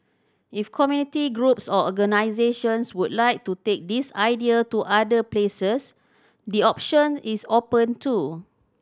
if community groups or organisations would like to take this idea to other places the option is open too